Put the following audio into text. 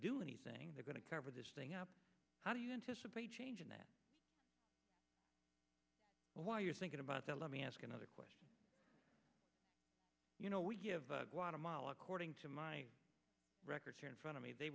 do anything they're going to cover this thing up how do you anticipate changing that while you're thinking about that let me ask another question you know we give a lot of mileage cording to my records here in front of me they